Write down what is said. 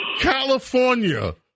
California